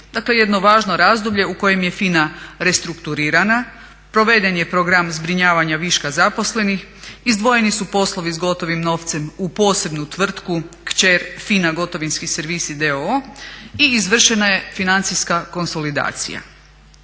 jedno važno razdoblje u kojem je FINA restrukturirana, proveden je program zbrinjavanja viška zaposlenih, izdvojeni su poslovi s gotovim novcem u posebnu tvrtku kćer FINA Gotovinski servisi d.o.o. i izvršena je financijska konsolidacija.